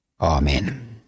Amen